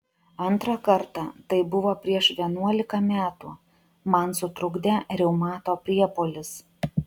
antrą kartą tai buvo prieš vienuolika metų man sutrukdė reumato priepuolis